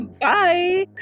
bye